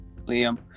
Liam